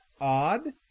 odd